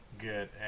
Good